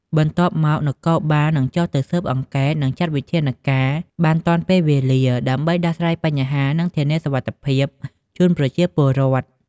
បន្ទាប់មក នគរបាលនឹងចុះទៅស៊ើបអង្កេត និងចាត់វិធានការបានទាន់ពេលវេលា ដើម្បីដោះស្រាយបញ្ហា និងធានាសុវត្ថិភាពជូនប្រជាពលរដ្ឋ។